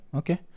okay